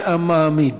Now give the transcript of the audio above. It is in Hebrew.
אשרי המאמין.